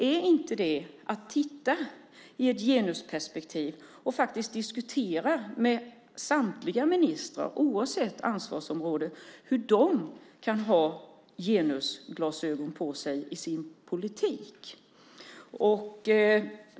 Är det inte att titta i ett genusperspektiv och med samtliga ministrar diskutera hur de kan ha genusglasögonen på sig i sin politik?